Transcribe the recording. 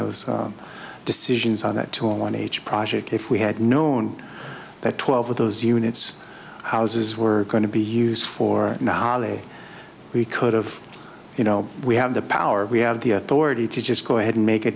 those decisions on that too on each project if we had known that twelve of those units houses were going to be used for now we could've you know we have the power we have the authority to just go ahead and make a